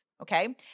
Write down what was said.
okay